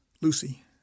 Lucy